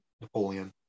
napoleon